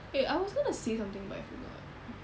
eh I was gonna say something but I forgot